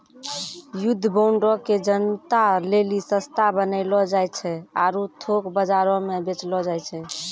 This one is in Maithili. युद्ध बांडो के जनता लेली सस्ता बनैलो जाय छै आरु थोक बजारो मे बेचलो जाय छै